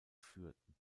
führten